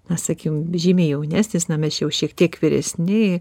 na sakykim žymiai jaunesnis na mes jau šiek tiek vyresni